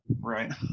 Right